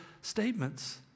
statements